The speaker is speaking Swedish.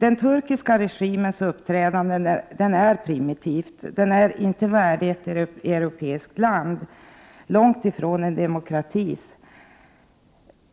Den turkiska regimens uppträdande är primitivt. Det är inte värdigt ett europeiskt land och långt ifrån värdigt en demokrati.